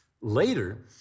Later